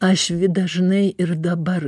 ašvi dažnai ir dabar